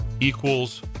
equals